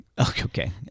Okay